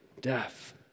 Death